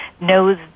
knows